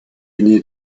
ainée